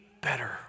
better